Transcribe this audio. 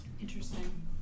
Interesting